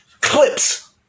clips